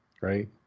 right